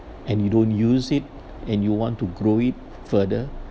and you don't use it and you want to grow it further